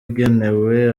igenewe